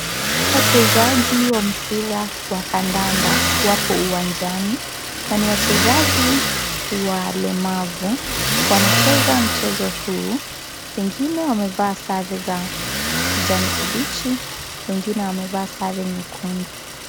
Wachezaji wa mpira wa kandanda wako uwanjani na ni wachezaji walemavu. Wanacheza mchezo huu, wengine wamevaa sare zao kijani kibichi, wengine wamevaa sare nyekundu.